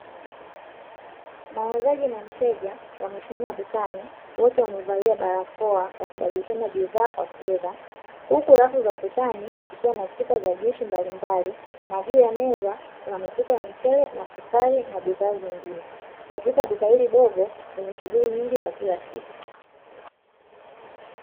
Muuzaji na mteja wamesimama dukani wote wamevalia barakoa wakibadilishana bidhaa kwa fedha, huku rafu za ukutani zikiwa na chupa za juisi mbalimbali na juu ya meza kuna mifuko ya mchele na sukali na bidhaa zingine, katika duka hili dogo lenye shughuli nyingi za kila siku.